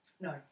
no